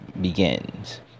begins